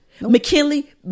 McKinley